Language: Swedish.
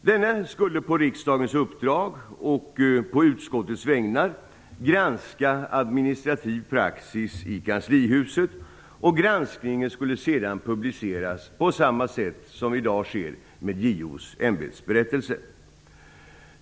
Denne skulle på riksdagens uppdrag och på utskottets vägnar granska administrativ praxis i kanslihuset, och granskningen skulle sedan publiceras på samma sätt som i dag sker med JO:s ämbetsberättelse.